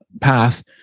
path